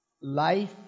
life